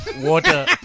water